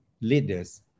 leaders